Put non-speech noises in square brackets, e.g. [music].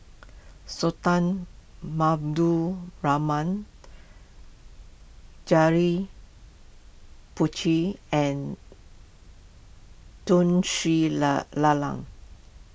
Sultan [unintelligible] Rahman Janil [unintelligible] and Tun Sri la Lanang